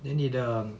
then 你的